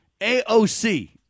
AOC